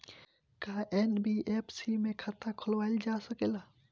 का एन.बी.एफ.सी में खाता खोलवाईल जा सकेला?